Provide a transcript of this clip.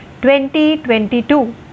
2022